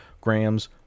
grams